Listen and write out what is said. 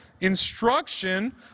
Instruction